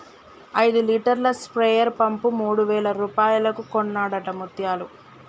ఐదు లీటర్ల sprayer pump మూడు వేల రూపాయలకు కొన్నడట ముత్యాలు